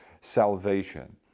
salvation